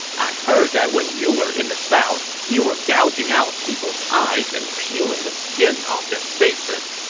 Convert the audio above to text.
i heard that when you were in the south, you were gouging out people's eyes and peeling the skin off their faces.